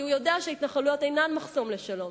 כי הוא יודע שההתנחלויות אינן מחסום לשלום.